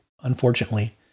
unfortunately